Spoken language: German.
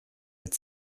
mit